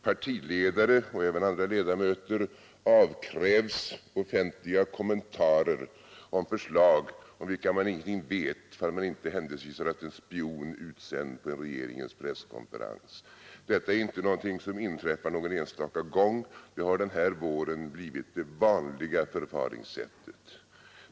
Partiledare, och även andra ledamöter, avkrävs offentliga kommentarer om förslag om vilka de ingenting vet om de inte händelsevis haft en spion utsänd på regeringens presskonferens. Detta är inte någonting som inträffar någon enstaka gång, det har den här våren blivit det vanliga förfaringssättet.